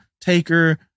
Taker